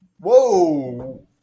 Whoa